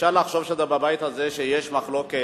אפשר לחשוב שבבית הזה יש מחלוקת